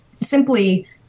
simply